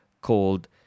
called